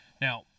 Now